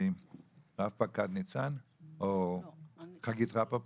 רב פקד חגית רפפורט.